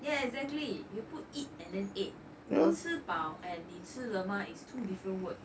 yeah exactly you put eat and then ate 我吃饱 and 你吃了吗 it's two different words